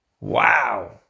wow